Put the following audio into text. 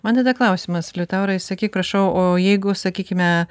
man tada klausimas litaurai sakyk prašau o jeigu sakykime